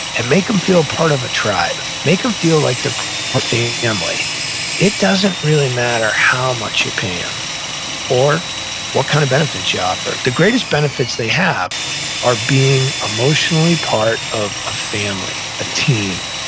and make them feel part of a tribe, make them feel like they're family, it doesn't really matter how much you pay them or what kind of benefits you offer. the greatest benefits they have are being emotionally part of a family, a team,